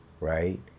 right